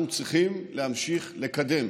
אנחנו צריכים להמשיך לקדם